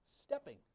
stepping